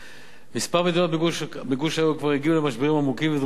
כמה מדינות בגוש היורו כבר הגיעו למשברים עמוקים ונדרשו לחילוץ.